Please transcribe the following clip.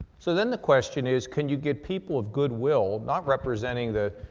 so then the question is can you get people of good will, not representing the,